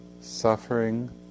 suffering